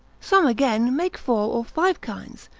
some again make four or five kinds,